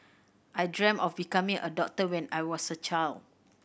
I dreamt of becoming a doctor when I was a child